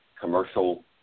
commercial